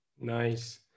Nice